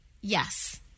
Yes